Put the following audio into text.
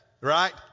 right